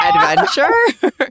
adventure